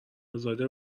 ازاده